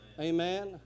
Amen